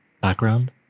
background